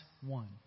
one